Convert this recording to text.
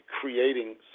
creating